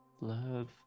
Love